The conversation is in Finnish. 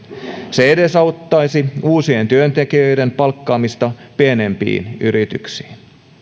se edesauttaisi uusien työntekijöiden palkkaamista pienempiin yrityksiin